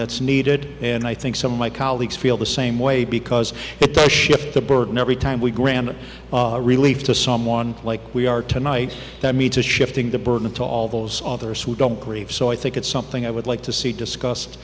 that's needed and i think some of my colleagues feel the same way because it to shift the burden every time we grant relief to someone like we are tonight that need to shifting the burden to all those others who don't grieve so i think it's something i would like to see discus